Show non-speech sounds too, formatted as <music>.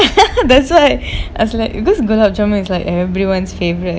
<laughs> that's why I was like because gulab jamun is like everyone's favourite